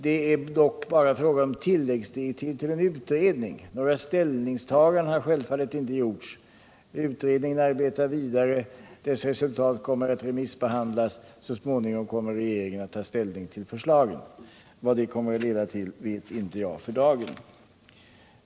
Det är dock bara fråga om tilläggsdirektiv till en utredning. Några ställningstaganden har självfallet inte gjorts. Utredningen arbetar vidare, dess resultat kommer att remissbehandlas och så småningom kommer regeringen att ta ställning till förslagen. Vad dessa kommer att leda till vet inte jag för dagen.